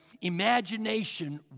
Imagination